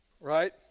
Right